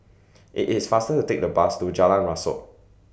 IT IS faster to Take The Bus to Jalan Rasok